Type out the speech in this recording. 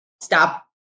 stop